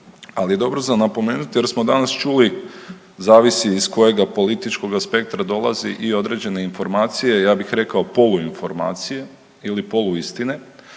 ali je dobro za napomenuti jer smo danas čuli zavisi iz kojega političkoga spektra dolaze i određene informacije, ja bih polu informacije ili poluistine,